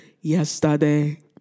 yesterday